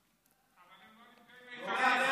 אבל הם לא הנפגעים העיקריים.